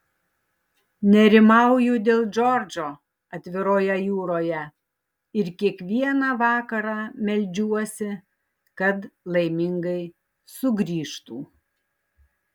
nerimauju dėl džordžo atviroje jūroje ir kiekvieną vakarą meldžiuosi kad laimingai sugrįžtų